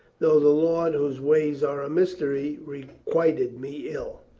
though the lord, whose ways are a mystery, re quited me ill.